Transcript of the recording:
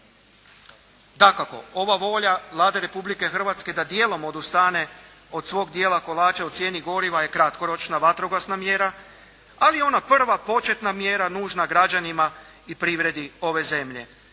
Dakako ova volja Vlade Republike Hrvatske da dijelom odustane od svog dijela kolača u cijeni goriva je kratkoročna, vatrogasna mjera, ali ona prva početna mjera nužna građanima i privredi ove zemlje.